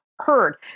heard